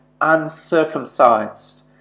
uncircumcised